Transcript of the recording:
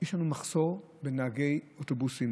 יש לנו מחסור בנהגי אוטובוסים,